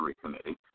committee